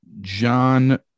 John